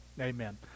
amen